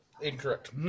Incorrect